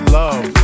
love